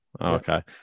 Okay